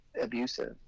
abusive